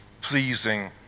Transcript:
pleasing